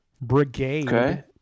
Brigade